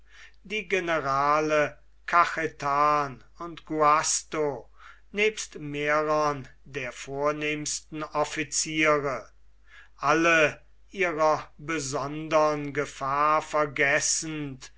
die generale cajetan und guasto nebst mehrern der vornehmsten officiere alle ihrer besondern gefahr vergessend